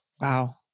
Wow